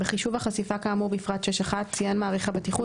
6.2. בחישוב החשיפה כאמור בפרט 6.1 ציין מעריך הבטיחות